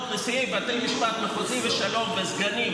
נשיאי בתי משפט מחוזיים ושלום וסגנים,